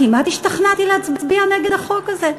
כמעט השתכנעתי להצביע נגד החוק הזה.